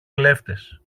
κλέφτες